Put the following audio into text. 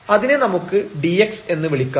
അതിനെ നമുക്ക് dx എന്ന് വിളിക്കാം